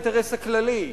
כדי להגן על האינטרס הכללי,